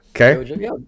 Okay